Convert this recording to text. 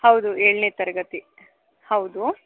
ಹೌದು ಏಳನೇ ತರಗತಿ ಹೌದು